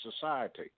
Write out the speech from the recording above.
society